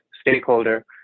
stakeholder